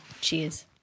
Cheers